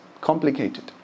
complicated